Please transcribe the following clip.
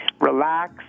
relax